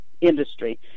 industry